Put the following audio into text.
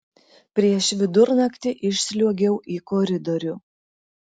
prieš vidurnaktį išsliuogiau į koridorių